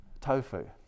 tofu